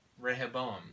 Rehoboam